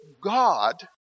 God